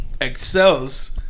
excels